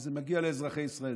וזה מגיע לאזרחי ישראל.